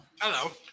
Hello